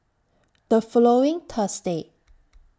The following Thursday